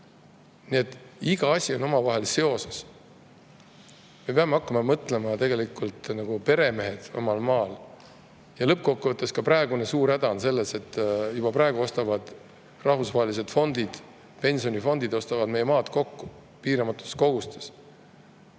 Nii et asjad on omavahel seoses. Me peame hakkama mõtlema nagu peremehed omal maal. Lõppkokkuvõttes on meil suur häda ka selles, et juba praegu ostavad rahvusvahelised fondid, pensionifondid meie maad kokku piiramatus koguses.